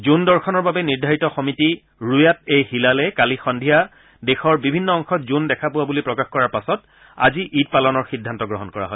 জোন দৰ্শনৰ বাবে নিৰ্ধাৰিত সমিতি ৰুয়াট এ হিলালে কালি সন্ধিয়া দেশৰ বিভিন্ন অংশত জোন দেখা পোৱা বুলি প্ৰকাশ কৰাৰ পাছত আজি ঈদ পালনৰ সিদ্ধান্ত গ্ৰহণ কৰা হয়